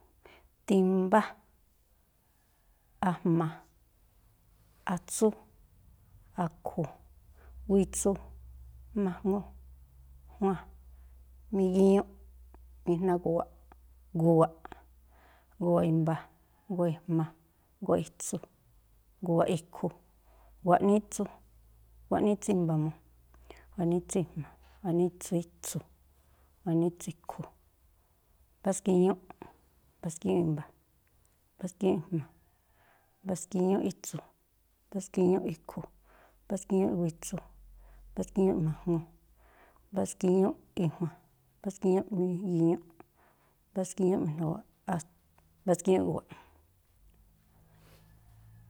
Timbá, a̱jma̱, atsú, akhu̱, witsu, majŋu, juan, migiñuꞌ, mixnagu̱wa̱ꞌ, gu̱wa̱ꞌ, gu̱wa̱ꞌ i̱mba̱, gu̱wa̱ꞌ i̱jma̱, gu̱wa̱ꞌ i̱tsu̱, gu̱wa̱ꞌ i̱khu̱, gu̱wa̱ꞌ nítsu, gu̱wa̱ꞌ nítsu i̱mba̱mu, gu̱wa̱ꞌ nítsu i̱jma̱, gu̱wa̱ꞌ nítsu i̱tsu̱, gu̱wa̱ꞌ nítsu i̱khu̱, mbá skíñúꞌ, mbá skíñúꞌ i̱mba̱, mbá skíñúꞌ i̱jma̱, mbá skíñúꞌ i̱tsu̱, mbá skíñúꞌ i̱khu̱, mbá skíñúꞌ i̱witsu, mbá skíñúꞌ i̱majŋu, mbá skíñúꞌ i̱juan, mbá skíñúꞌ i̱migiñuꞌ, mbá skíñúꞌ i̱mijnagu̱wa̱ꞌ, mbá skíñúꞌ gu̱wa̱ꞌ.